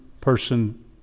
person